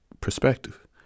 perspective